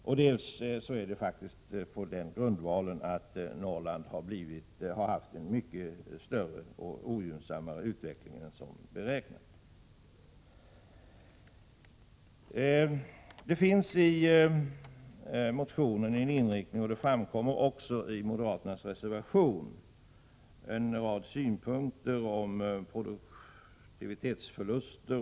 En orsak till den ökade skillnaden är också att Norrland har haft en mycket ogynnsammare utveckling än som beräknats. I moderaternas motion och reservation anförs en rad synpunkter beträffande produktivitetsförluster.